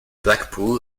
blackpool